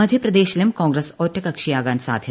മധ്യപ്രദേശിലും കോൺഗ്രസ് ഒറ്റകക്ഷിയാകാൻ സാധ്യത